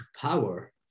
power